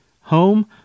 Home